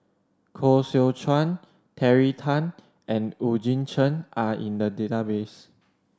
Koh Seow Chuan Terry Tan and Eugene Chen are in the database